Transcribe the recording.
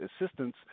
assistance